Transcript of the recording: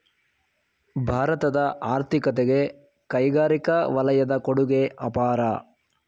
ಭಾರತದ ಆರ್ಥಿಕತೆಗೆ ಕೈಗಾರಿಕಾ ವಲಯದ ಕೊಡುಗೆ ಅಪಾರ